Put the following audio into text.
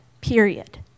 period